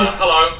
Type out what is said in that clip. hello